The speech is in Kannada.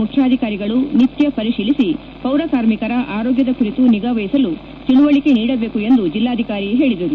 ಮುಖ್ಖಾಧಿಕಾರಿಗಳು ನಿತ್ಯ ಪರಿಶೀಲಿಸಿ ಪೌರ ಕಾರ್ಮಿಕರ ಆರೋಗ್ಯದ ಕುರಿತು ನಿಗಾವಹಿಸಲು ತಿಳುವಳಕೆ ನೀಡಬೇಕು ಎಂದು ಜಲ್ಲಾಧಿಕಾರಿ ಹೇಳಿದರು